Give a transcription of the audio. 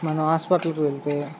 మనం హాస్పిటల్కి వెళ్తే